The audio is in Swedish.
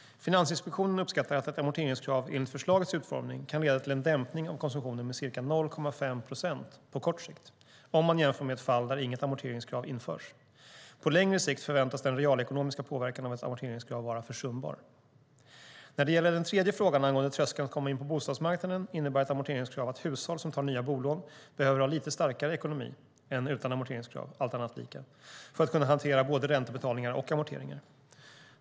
Finansinspektionen uppskattar att ett amorteringskrav enligt förslagets utformning kan leda till en dämpning av konsumtionen med ca 0,5 procent på kort sikt, om man jämför med ett fall där inget amorteringskrav införs. På längre sikt förväntas den realekonomiska påverkan av ett amorteringskrav vara försumbar. När det gäller den tredje frågan, om tröskeln att komma in på bostadsmarknaden, innebär ett amorteringskrav att hushåll som tar nya bolån behöver ha lite starkare ekonomi än utan amorteringskrav, allt annat lika, för att kunna hantera både räntebetalningar och amorteringar.